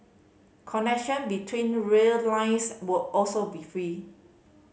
connection between rail lines will also be free